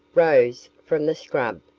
rose from the scrub,